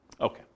Okay